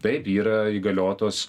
taip yra įgaliotos